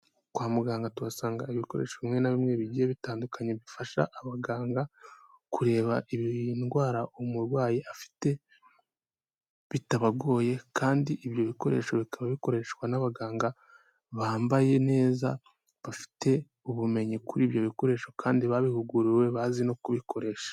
Kwa muganga tuhasanga ibikoresho bimwe na bimwe bigiye bitandukanye bifasha abaganga kureba indwara umurwayi afite bitabagoye, kandi ibyo bikoresho bikaba bikoreshwa n'abaganga bambaye neza, bafite ubumenyi kuri ibyo bikoresho kandi babihuguriwe kandi bazi no kubikoresha.